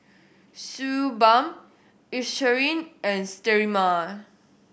Suu Balm Eucerin and Sterimar